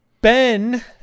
Ben